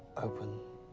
open.